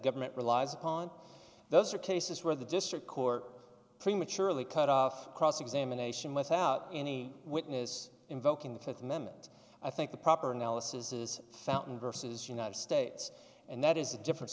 government relies upon those are cases where the district court prematurely cut off cross examination without any witness invoking the th amendment i think the proper analysis fountain versus united states and that is a different